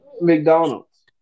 McDonald's